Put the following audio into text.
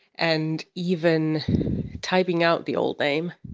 and even typing out the old name